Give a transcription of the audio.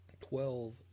Twelve